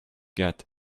get